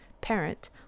parent